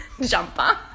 jumper